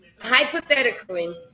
Hypothetically